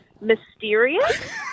mysterious